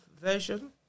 version